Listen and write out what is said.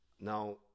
Now